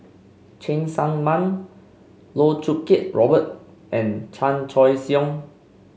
Cheng Tsang Man Loh Choo Kiat Robert and Chan Choy Siong